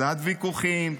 קצת ויכוחים,